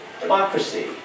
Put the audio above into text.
democracy